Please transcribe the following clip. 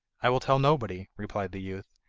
i will tell nobody replied the youth,